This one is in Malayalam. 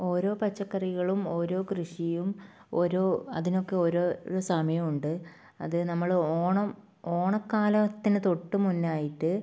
ഓരോ പച്ചക്കറികളും ഓരോ കൃഷിയും ഓരോ അതിനൊക്കെ ഓരോ സമയമുണ്ട് അത് നമ്മൾ ഓണം ഓണക്കാലത്തിന് തൊട്ട് മുന്നെയായിട്ട്